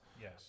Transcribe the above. Yes